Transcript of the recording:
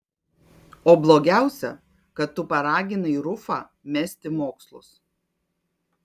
o blogiausia kad tu paraginai rufą mesti mokslus